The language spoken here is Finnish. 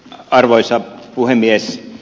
arvoisa puhemies